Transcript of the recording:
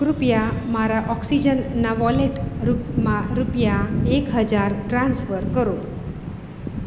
કૃપયા મારા ઓક્સિજન ના વોલેટમાં રૂપિયા એક હજાર ટ્રાન્સફર કરો